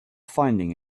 finding